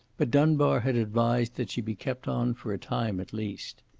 but dunbar had advised that she be kept on for a time at least.